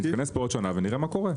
ונתכנס בעוד שנה ונראה מה קורה.